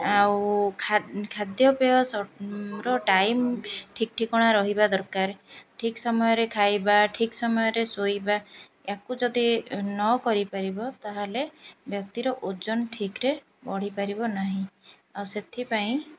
ଆଉ ଖାଦ୍ୟପେୟ ଟାଇମ୍ ଠିକ୍ ଠିକଣା ରହିବା ଦରକାର ଠିକ୍ ସମୟରେ ଖାଇବା ଠିକ୍ ସମୟରେ ଶୋଇବା ୟାକୁ ଯଦି ନ କରିପାରିବ ତା'ହେଲେ ବ୍ୟକ୍ତିର ଓଜନ ଠିକ୍ରେ ବଢ଼ିପାରିବ ନାହିଁ ଆଉ ସେଥିପାଇଁ